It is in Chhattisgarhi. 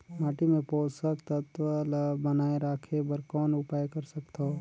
माटी मे पोषक तत्व ल बनाय राखे बर कौन उपाय कर सकथव?